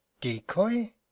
decoy